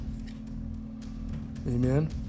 Amen